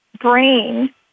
brain